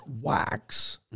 wax